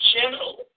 gentle